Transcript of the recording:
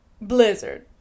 blizzard